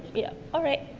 yeah, alright.